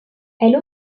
elle